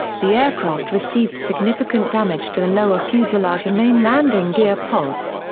the aircraft received significant damage to the lower fuselage and main landing gear pods.